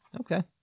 Okay